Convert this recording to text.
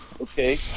Okay